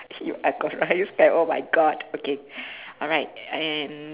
you are cor~ I use oh my god okay alright and